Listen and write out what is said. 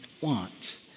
want